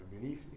belief